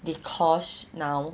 dee kosh now